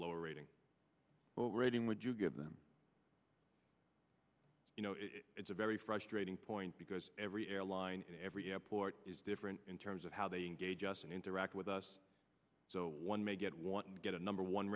or rating would you give them you know it's a very frustrating point because every airline every airport is different in terms of how they engage us and interact with us so one may get want to get a number one